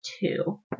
two